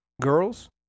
girls